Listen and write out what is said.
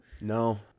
No